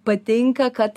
patinka kad